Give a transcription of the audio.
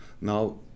Now